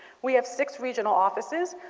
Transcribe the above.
we have six regional offices.